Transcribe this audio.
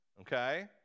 okay